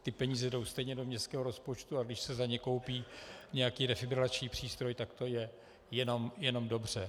Ty peníze jdou stejně do městského rozpočtu, a když se za ně koupí nějaký defibrilační přístroj, tak to je jenom dobře.